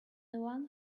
one